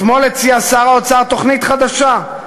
אתמול הציע שר האוצר תוכנית חדשה,